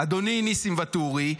אדוני ניסים ואטורי,